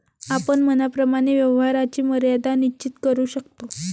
आपण मनाप्रमाणे व्यवहाराची मर्यादा निश्चित करू शकतो